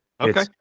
Okay